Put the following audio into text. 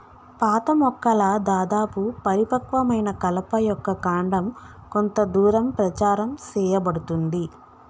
పాత మొక్కల దాదాపు పరిపక్వమైన కలప యొక్క కాండం కొంత దూరం ప్రచారం సేయబడుతుంది